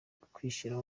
kwishyira